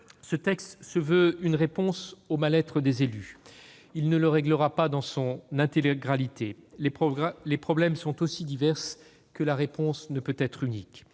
Ce texte se veut une réponse au mal-être des élus. Il ne réglera pas la question dans son intégralité : les problèmes sont si divers que la réponse ne peut être unique.